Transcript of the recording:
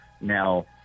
Now